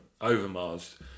Overmars